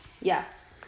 yes